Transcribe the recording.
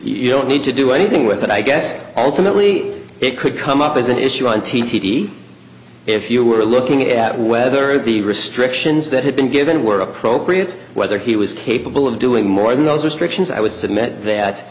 you don't need to do anything with it i guess ultimately it could come up as an issue on t v if you were looking at whether the restrictions that had been given were appropriate whether he was capable of doing more than those restrictions i w